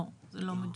לא, זה לא מדויק.